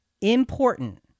important